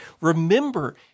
Remember